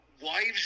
Wives